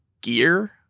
gear